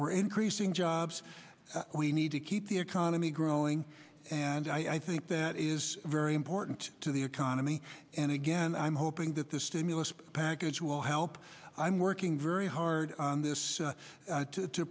we're increasing jobs we need to keep the economy growing and i think that is very important to the economy and again i'm hoping that the stimulus package will help i'm working very hard on this